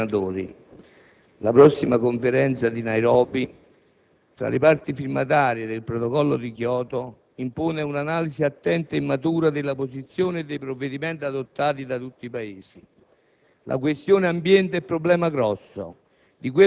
Signor Presidente, colleghi senatori, la prossima Conferenza di Nairobi tra le parti firmatarie del Protocollo di Kyoto impone un'analisi attenta e matura della posizione e dei provvedimenti adottati da tutti i Paesi.